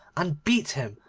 and beat him,